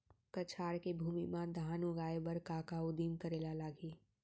कछार के भूमि मा धान उगाए बर का का उदिम करे ला लागही?